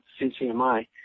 CCMI